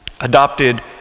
adopted